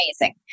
amazing